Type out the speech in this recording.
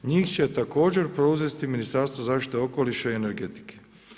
Njih će također preuzeti Ministarstvo zaštite okoliša i energetike.